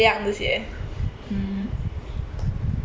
mm K orh